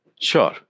Sure